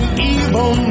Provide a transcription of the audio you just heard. evil